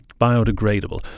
biodegradable